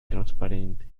transparente